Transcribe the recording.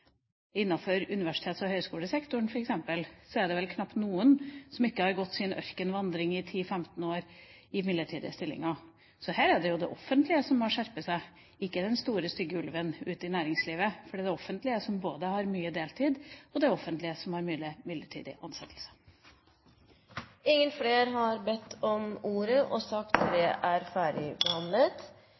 det vel knapt noen som ikke har gått sin ørkenvandring i 10–15 år i midlertidige stillinger. Så her er det jo det offentlige som må skjerpe seg, ikke den store stygge ulven ute i næringslivet. For det er i det offentlige det er mye deltid, og det er i det offentlige det er mye midlertidige ansettelser. Flere har ikke bedt om ordet til sak